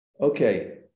okay